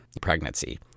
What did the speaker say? pregnancy